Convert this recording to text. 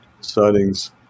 sightings